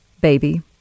baby